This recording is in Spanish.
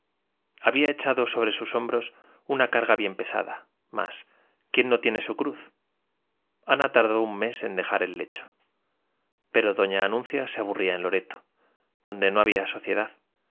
había echado sobre sus hombros una carga bien pesada mas quién no tiene su cruz ana tardó un mes en dejar el lecho pero doña anuncia se aburría en loreto donde no había sociedad